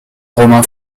romains